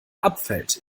abfällt